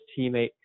teammate